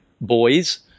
Boys